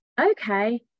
okay